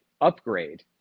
upgrade